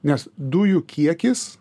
nes dujų kiekis